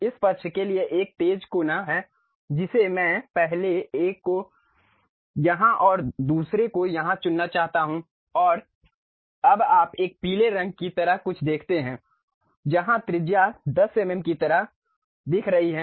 इस पक्ष के लिए एक तेज कोना है जिसे मैं पहले एक को यहाँ और दूसरे को यहाँ चुनना चाहता हूँ और अब आप एक पीले रंग की तरह कुछ देखते हैं जहाँ त्रिज्या 10 एमएम की तरह दिख रही है